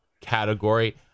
category